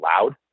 loud